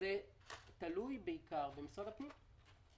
זה תלוי בעיקר במשרד הפנים.